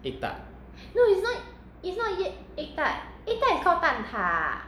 egg tart